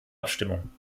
abstimmung